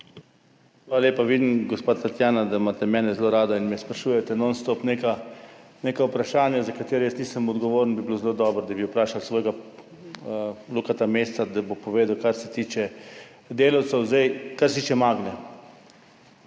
Hvala lepa. Vidim, gospa Tatjana, da imate mene zelo radi in me sprašujete nonstop neka vprašanja, za katera jaz nisem odgovoren. Bilo bi zelo dobro, da bi vprašali svojega Luka Mesca, da bo povedal, kar se tiče delavcev. Kar se tiče Magne.